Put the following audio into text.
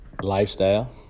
lifestyle